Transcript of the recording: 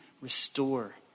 restore